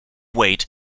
weight